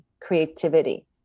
creativity